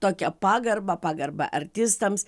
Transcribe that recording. tokią pagarbą pagarbą artistams